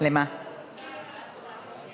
לוועדת הכלכלה